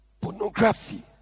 Pornography